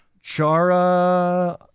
Chara